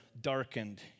darkened